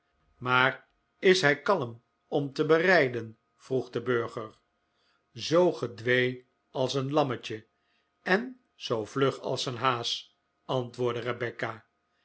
maar is hij kalm om te berijden vroeg de burger zoo gedwee als een lammetje en zoo vlug als een haas antwoordde rebecca